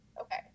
Okay